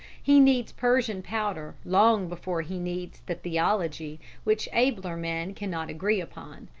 he needs persian powder long before he needs the theology which abler men cannot agree upon.